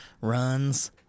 runs